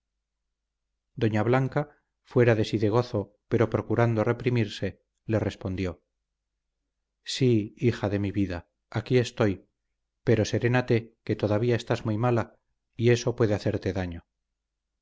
doña blanca fuera de sí de gozo pero procurando reprimirse le respondió sí hija de mi vida aquí estoy pero serénate que todavía estás muy mala y eso puede hacerte daño